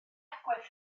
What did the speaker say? agwedd